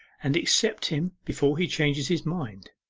and accept him before he changes his mind.